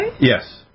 Yes